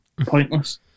pointless